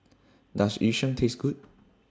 Does Yu Sheng Taste Good